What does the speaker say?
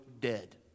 dead